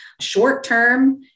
Short-term